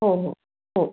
हो हो हो